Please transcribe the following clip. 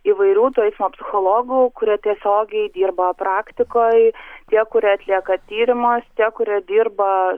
įvairių tų psichologų kurie tiesiogiai dirba praktikoj tie kurie atlieka tyrimus tie kurie dirba